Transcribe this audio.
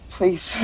Please